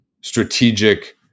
strategic